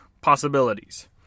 possibilities